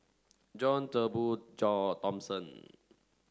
John Turnbull Thomson